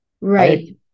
Right